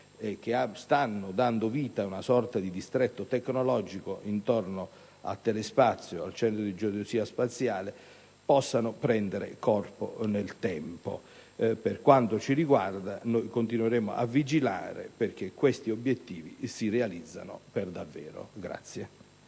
che stanno dando vita ad un sorta di distretto tecnologico interno a Telespazio e al Centro di geodesia spaziale possa prendere corpo nel tempo. Per quanto ci riguarda, continueremo a vigilare affinché tali obiettivi si realizzino davvero.